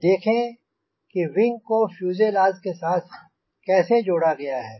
अब देखें कि विंग को फ़्यूज़ेलाज़ के साथ कैसे जोड़ा गया है